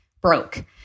broke